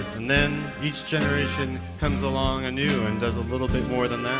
and then each generation comes along anew and does a little bit more than that.